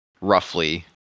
roughly